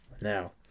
Now